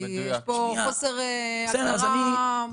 כי יש פה חוסר הגדרה בין כולם.